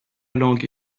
langue